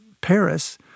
Paris